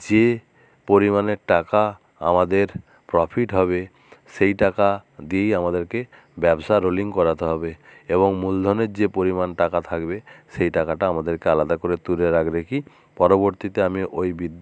যে পরিমাণে টাকা আমাদের প্রফিট হবে সেই টাকা দিয়েই আমাদেরকে ব্যবসা রোলিং করাতে হবে এবং মূলধনের যে পরিমাণ টাকা থাকবে সেই টাকাটা আমাদেরকে আলাদা করে তুলে রাগরেখি পরবর্তীতে আমি ওই বিদ্